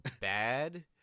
bad